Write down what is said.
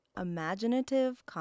imaginative